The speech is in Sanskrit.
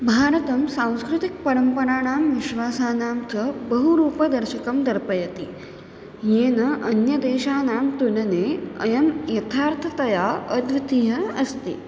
भारतं सांस्कृतिकपरम्पराणां विश्वासानां च बहुरूपदर्शकं दर्शयति येन अन्यदेशानां तुलनेन अयं यथार्थतया अद्वितीय अस्ति